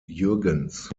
jürgens